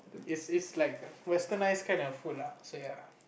is is like westernize kind of food lah so ya